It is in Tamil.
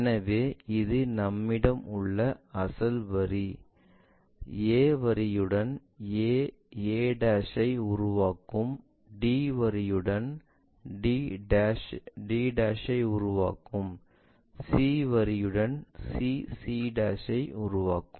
எனவே இது நம்மிடம் உள்ள அசல் வரி a வரியுடன் a a ஐ உருவாக்கும் d வரியுடன் d d ஐ உருவாக்கும் c வரியுடன் c c ஐ உருவாக்கும்